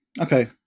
Okay